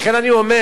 לכן אני אומר,